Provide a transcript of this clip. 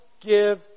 give